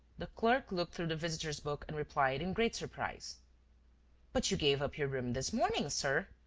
the clerk looked through the visitors' book and replied, in great surprise but you gave up your room this morning, sir!